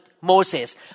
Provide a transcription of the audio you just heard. Moses